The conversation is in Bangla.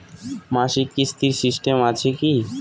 মাসিক কিস্তির সিস্টেম আছে কি?